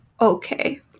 Okay